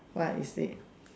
what is it